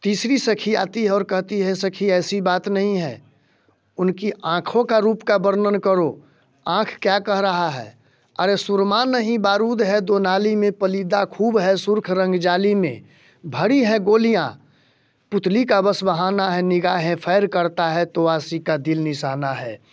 तीसरी सखी आती है और कहती है सखी ऐसी बात नहीं है उनकी आँखों का रूप का वर्णन करो आँख क्या कह रहा है अरे सुरमा नहीं बारूद है दो नाली में पलीदा ख़ूब है सुर्ख़ रंग जाली में भरी है गोलियाँ पुतली का बस बहाना है निगाहें फेर करता है तो आशिक़ का दिल निशाना है